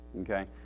Okay